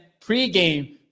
pregame